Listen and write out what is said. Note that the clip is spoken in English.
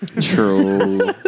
True